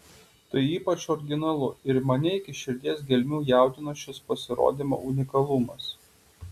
tai ypač originalu ir mane iki širdies gelmių jaudino šis pasirodymo unikalumas